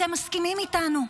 אתם מסכימים איתנו.